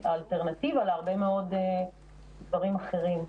היא אלטרנטיבה להרבה מאוד דברים אחרים.